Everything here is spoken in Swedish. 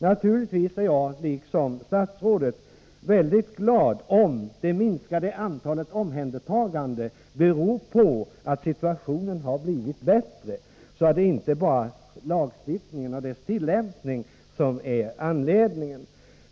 Naturligtvis är jag, liksom statsrådet, mycket glad om det minskade antalet omhändertaganden beror på att situationen har blivit bättre, så att det inte bara är lagstiftningen och dess tillämpning som är anledningen.